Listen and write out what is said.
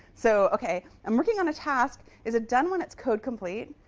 so ok, i'm working on a task. is it done when its code complete?